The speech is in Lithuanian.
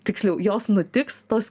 tiksliau jos nutiks tos